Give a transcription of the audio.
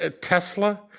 tesla